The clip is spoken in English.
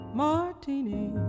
martini